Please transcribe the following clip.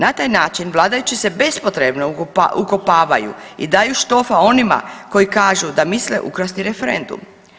Na taj način vladajući se bespotrebno ukopavaju i daju štofa onima koji kažu da misle ukrasti referendum.